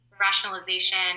rationalization